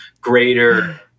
greater